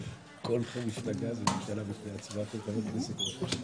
את כל פעם מגיעה לוועדה ואת מדברת כאילו אנחנו מנותקים,